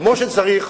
כמו שצריך,